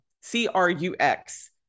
C-R-U-X